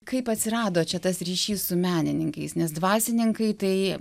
kaip atsirado čia tas ryšys su menininkais nes dvasininkai tai